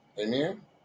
Amen